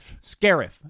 Scarif